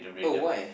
oh why